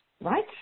right